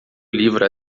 livro